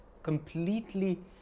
completely